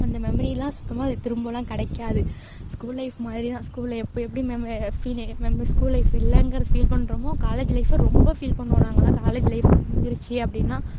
அந்த மெமரிலாம் சுத்தமாக அது திரும்பலாம் கிடைக்காது ஸ்கூல் லைஃப் மாதிரி தான் ஸ்கூலில் அப்போ எப்படி ஃபீலிங் மெமரிஸ் ஸ்கூல் லைஃப் இல்லைங்கற ஃபீல் பண்ணுறோமோ காலேஜ் லைஃபை ரொம்ப ஃபீல் பண்ணுவோம் நாங்கள்லாம் காலேஜ் லைஃப் முடிஞ்சுடுச்சி அப்படின்னா